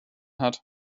hat